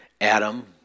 Adam